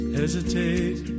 hesitate